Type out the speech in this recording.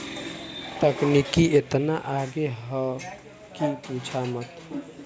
तकनीकी एतना आगे हौ कि पूछा मत